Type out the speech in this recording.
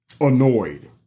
annoyed